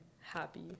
happy